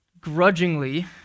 grudgingly